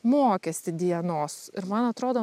mokestį dienos ir man atrodo